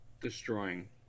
Destroying